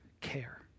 care